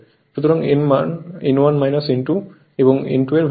সুতরাং এর মান N1 N2 এবং N2 এর ভাগফল হবে